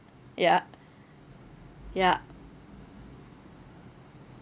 ya ya